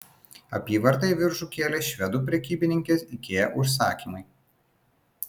apyvartą į viršų kėlė švedų prekybininkės ikea užsakymai